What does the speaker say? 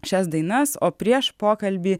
šias dainas o prieš pokalbį